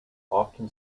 often